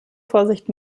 vorsicht